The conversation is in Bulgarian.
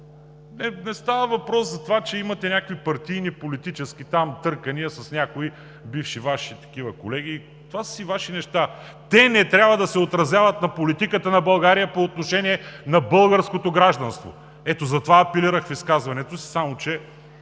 Не става въпрос за това, че имате някакви партийни, политически там търкания с някои бивши Ваши колеги – това са си Ваши неща. Те не трябва да се отразяват на политиката на България по отношение на българското гражданство! Ето затова апелирах в изказването си, само че